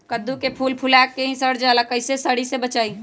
कददु के फूल फुला के ही सर जाला कइसे सरी से बचाई?